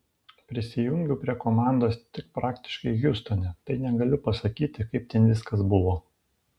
prisijungiau prie komandos tik praktiškai hjustone tai negaliu pasakyti kaip ten viskas buvo